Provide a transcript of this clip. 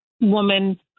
woman